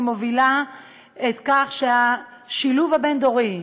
אני מובילה את השילוב הבין-דורי,